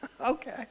Okay